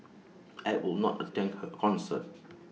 I would not attend her concert